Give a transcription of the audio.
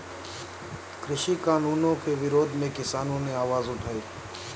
कृषि कानूनों के विरोध में किसानों ने आवाज उठाई